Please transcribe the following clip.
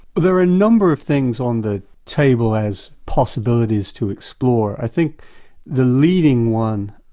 there are a number of things on the table as possibilities to explore. i think the leading one,